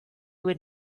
would